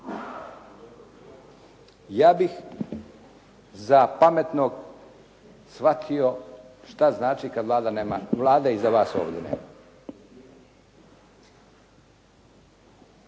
Ja bih za pametnog shvatio šta znači kada Vlade iza vas ovdje nema.